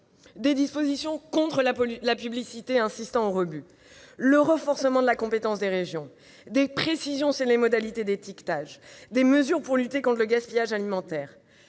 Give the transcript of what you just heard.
des dispositions contre la publicité incitant au rebut, le renforcement de la compétence des régions, des précisions relatives aux modalités d'étiquetage, des mesures visant à mieux lutter contre le gaspillage alimentaire,